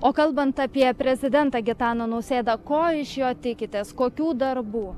o kalbant apie prezidentą gitaną nausėdą ko iš jo tikitės kokių darbų